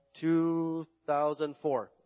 2004